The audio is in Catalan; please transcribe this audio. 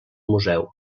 museu